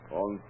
on